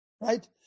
Right